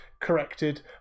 corrected